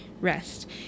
rest